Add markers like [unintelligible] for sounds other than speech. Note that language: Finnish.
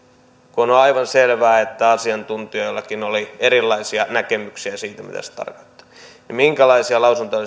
kun on on aivan selvää että asiantuntijoillakin oli erilaisia näkemyksiä siitä mitä se tarkoittaa niin minkälaisia lausuntoja [unintelligible]